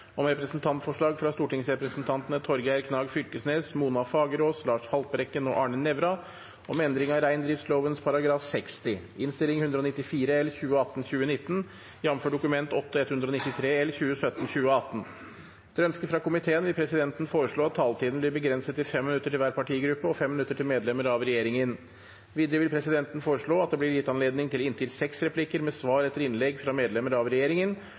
Etter ønske fra næringskomiteen vil presidenten foreslå at taletiden blir begrenset til 5 minutter til hver partigruppe og 5 minutter til medlemmer av regjeringen. Videre vil presidenten foreslå at det blir gitt anledning til inntil seks replikker med svar etter innlegg fra medlemmer av regjeringen,